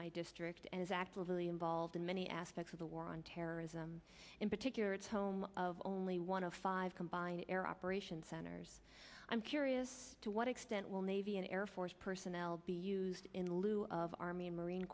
my district and is actively involved in many aspects of the war on terrorism in particular it's home of only one of five combine air operations centers i'm curious to what extent will navy and air force personnel be in lieu of army and marine